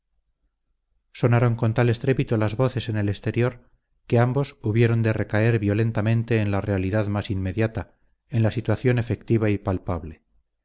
sonaron con tal estrépito las voces en el exterior que ambos hubieron de recaer violentamente en la realidad más inmediata en la situación efectiva y palpable